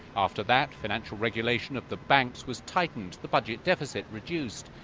after that, financial regulation of the banks was tightened, the budget deficit reduced.